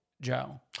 Joe